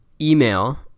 email